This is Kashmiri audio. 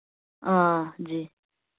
آ جی